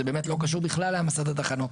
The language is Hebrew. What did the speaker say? זה בכלל לא קשור להעמסת התחנות,